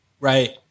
Right